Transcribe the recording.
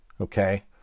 okay